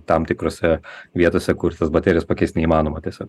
tam tikrose vietose kur tas baterijas pakeist neįmanoma tiesiog